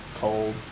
cold